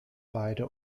beide